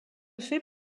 fait